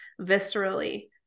viscerally